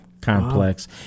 complex